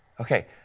Okay